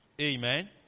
Amen